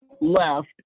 left